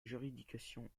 juridiction